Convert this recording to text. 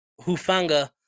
Hufanga